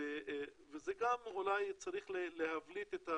זה אולי צריך להבליט,